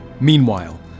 Meanwhile